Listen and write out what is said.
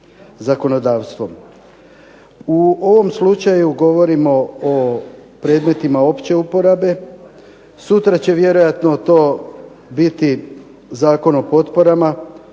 U ovom slučaju govorimo o predmetima opće uporabe, sutra će vjerojatno to biti Zakon o potporama